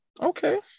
Okay